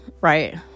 right